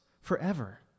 forever